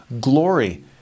glory